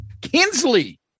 Kinsley